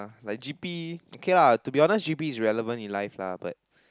like G_P K lah to be honest G_P is relevant in life lah but